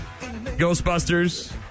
Ghostbusters